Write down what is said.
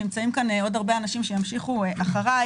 נמצאים כאן עוד הרבה אנשים שימשיכו אחריי.